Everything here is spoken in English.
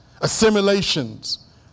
assimilations